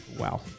Wow